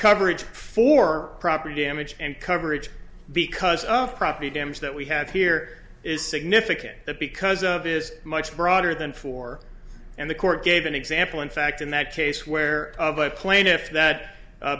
coverage for property damage and coverage because of property damage that we have here is significant that because of is much broader than four and the court gave an example in fact in that case where a plane if that